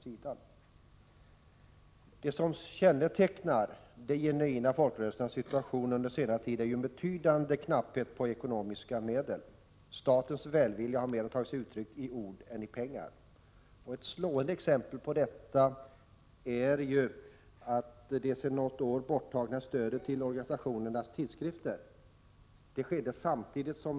Det som under senare år har kännetecknat de genuina folkrörelsernas situation är ju en betydande knapphet på ekonomiska medel. Statens välvilja har mera tagit sig uttryck i ord än i pengar. Ett slående exempel på detta är det sedan något år borttagna stödet till organisationernas tidskrifter.